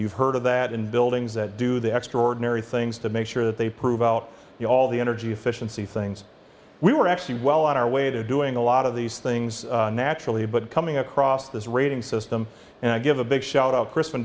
you've heard of that in buildings that do the extraordinary things to make sure that they prove out you all the energy efficiency things we were actually well on our way to doing a lot of these things naturally but coming across this rating system and i give a big shout out christ